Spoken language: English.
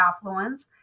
affluence